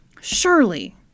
Surely